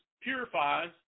purifies